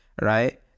right